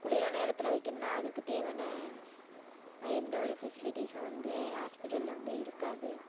குளிரான இடத்துல வைக்கணும்னா அதுக்கு தேவையான எந்த ஒரு ஃபெசிலிட்டிஸும் வந்து ஹாஸ்பிட்டல்ல வந்து இருக்காது